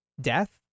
death